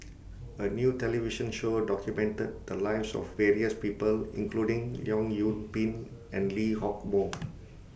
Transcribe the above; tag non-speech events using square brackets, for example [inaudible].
A New television Show documented The Lives of various People including Leong Yoon Pin and Lee Hock Moh [noise]